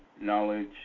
knowledge